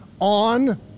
on